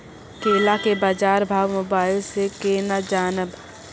केला के बाजार भाव मोबाइल से के ना जान ब?